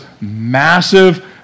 massive